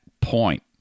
point